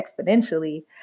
exponentially